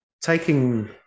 taking –